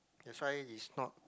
that's why he's not